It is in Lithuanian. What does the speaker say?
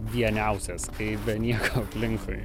vieniausias kai be nieko aplinkui